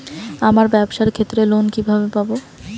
আমার ব্যবসার ক্ষেত্রে লোন কিভাবে পাব?